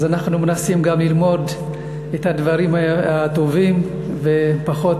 אז אנחנו מנסים גם ללמוד את הדברים הטובים, ופחות